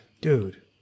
Dude